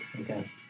Okay